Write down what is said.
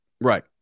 right